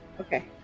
okay